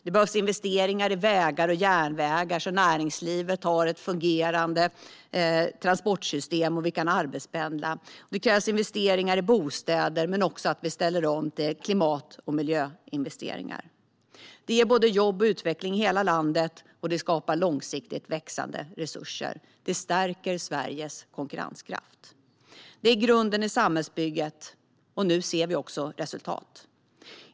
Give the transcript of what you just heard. Det behövs investeringar i vägar och järnvägar så att näringslivet har ett fungerande transportsystem och så att vi kan arbetspendla. Det krävs investeringar i bostäder och att vi ställer om till klimat och miljöinvesteringar. Investeringarna ger både jobb och utveckling i hela landet, och de skapar långsiktigt växande resurser. De stärker Sveriges konkurrenskraft. De är grunden i samhällsbygget, och nu ser vi också resultat.